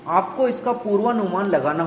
आपको इसका पूर्वानुमान लगाना होगा